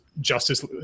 Justice